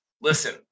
Listen